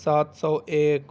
سات سو ایک